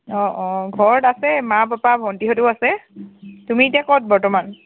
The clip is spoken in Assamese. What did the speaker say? অ অ ঘৰত আছে মা পাপা ভণ্টিহঁতো আছে তুমি এতিয়া ক'ত বৰ্তমান